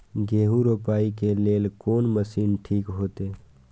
गेहूं रोपाई के लेल कोन मशीन ठीक होते?